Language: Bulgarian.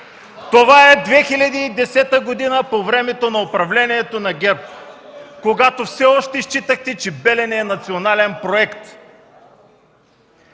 Това е 2010 г. по времето на управлението на ГЕРБ, когато все още считахте, че „Белене” е национален проект.